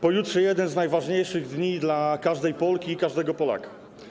Pojutrze jeden z najważniejszych dni dla każdej Polki i każdego Polaka.